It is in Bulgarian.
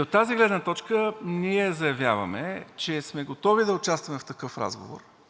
От тази гледна точка ние заявяваме, че сме готови да участваме в такъв разговор